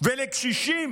ולקשישים